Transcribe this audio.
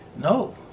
no